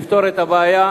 לפתור את הבעיה,